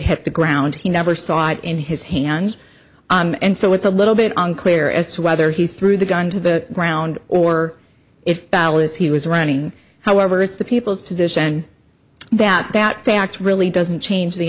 hit the ground he never saw it in his hands and so it's a little bit unclear as to whether he threw the gun to the ground or if battle is he was running however it's the people's position that doubt they act really doesn't change the